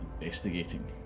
investigating